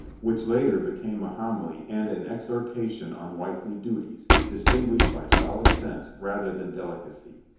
which later became a homily and an exhorta tion on wifely duties, distinguished by solid sense rather than delicacy.